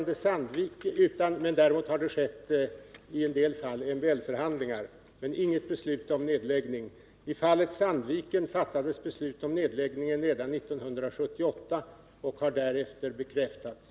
Däremot har det i en del fall förts MBL-förhandlingar, I fallet Sandviken fattades beslut om nedläggning redan 1978, och det har senare bekräftats.